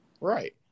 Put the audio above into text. right